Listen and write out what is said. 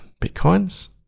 bitcoins